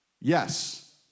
Yes